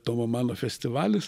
tomo mano festivalis